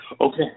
Okay